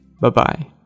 Bye-bye